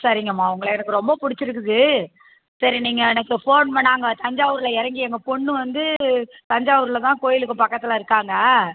சரிங்கம்மா உங்களை எனக்கு ரொம்ப பிடிச்சிருக்குது சரி நீங்கள் எனக்கு ஃபோன் பண்ணிணா அங்கே தஞ்சாவூரில் இறங்கி எங்கள் பொண்ணு வந்து தஞ்சாவூரில் தான் கோயிலுக்கு பக்கத்தில் இருக்காங்க